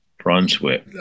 Brunswick